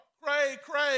cray-cray